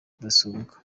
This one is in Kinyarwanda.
rudasumbwa